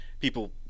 people